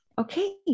Okay